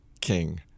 King